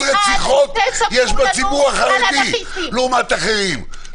רציחות יש בציבור החרדי לעומת אחרים.